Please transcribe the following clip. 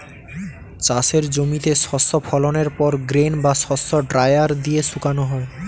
চাষের জমিতে শস্য ফলনের পর গ্রেন বা শস্য ড্রায়ার দিয়ে শুকানো হয়